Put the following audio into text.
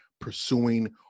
pursuing